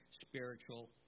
spiritual